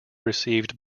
received